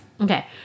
Okay